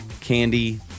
candy